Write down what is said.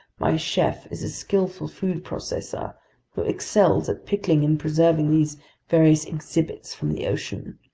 my chef is a skillful food processor who excels at pickling and preserving these various exhibits from the ocean.